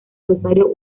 rosario